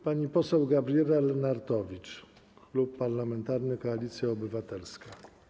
Pani poseł Gabriela Lenartowicz, Klub Parlamentarny Koalicja Obywatelska.